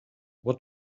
what